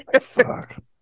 Fuck